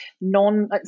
non